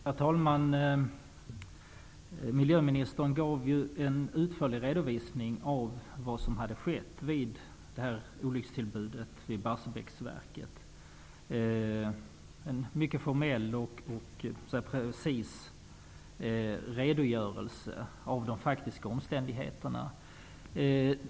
Herr talman! Miljöministern gav en utförlig redovisning av vad som hade skett vid olyckstillbudet vid Barsebäcksverket. Det var en mycket formell och precis redogörelse för de faktiska omständigheterna.